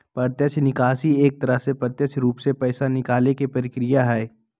प्रत्यक्ष निकासी एक तरह से प्रत्यक्ष रूप से पैसा निकाले के प्रक्रिया हई